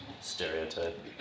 Stereotype